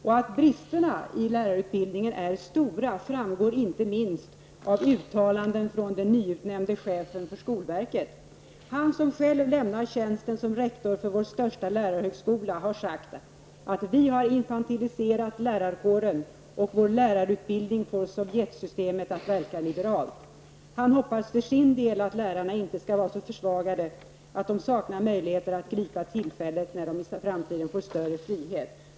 Att det brister i lärarutbildningen framgår inte minst av uttalanden från den nyutnämnde chefen för skolverket. Han som har lämnat tjänsten som rektor vid vår största lärarhögskola har sagt att vi har infantiliserat lärarkåren, och vår lärarutbildning får Sovjetsystemet att verka liberalt. Han hoppas för sin del att lärarna inte skall vara så försvagade att de saknar möjligheter att gripa tillfällen när de i framtiden får större frihet.